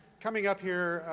coming up here,